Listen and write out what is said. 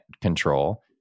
control